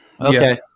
Okay